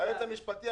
היועץ המשפטי,